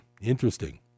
interesting